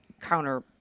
counter